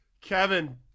kevin